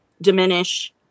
diminish